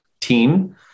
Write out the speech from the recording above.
team